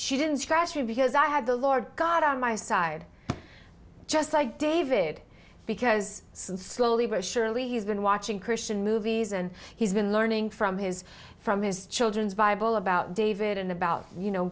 she didn't scratch me because i had the lord god on my side just like david because slowly but surely he's been watching christian movies and he's been learning from his from his children's bible about david and about you know